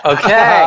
Okay